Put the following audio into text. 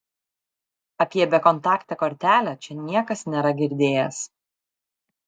apie bekontaktę kortelę čia niekas nėra girdėjęs